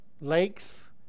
Lakes